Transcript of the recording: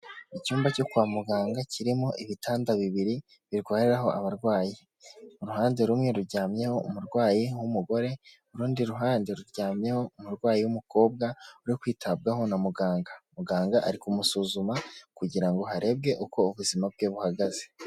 Icyumba cyo kwa muganga kirimo ibitanda bibiri birwariraho abarwayi. Uruhande rumwe ruryamyeho umurwayi w'umugore, urundi ruhande ruryamyeho umurwayi w'umukobwa uri kwitabwaho na muganga. Muganga ari kumusuzuma kugira ngo harebwe uko ubuzima bwe buhagaze.